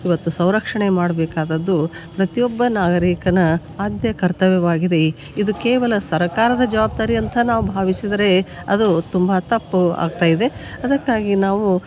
ಇವತ್ತು ಸೌರಕ್ಷಣೆ ಮಾಡಬೇಕಾದದ್ದು ಪ್ರತಿಯೊಬ್ಬ ನಾಗರಿಕನ ಆದ್ಯ ಕರ್ತವ್ಯವಾಗಿದೆ ಇದು ಕೇವಲ ಸರ್ಕಾರದ ಜವಬ್ದಾರಿ ಅಂತ ನಾವು ಭಾವಿಸಿದ್ದರೆ ಅದು ತುಂಬಾ ತಪ್ಪು ಆಗ್ತಾಯಿದೆ ಅದಕ್ಕಾಗಿ ನಾವು